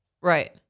Right